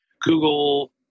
Google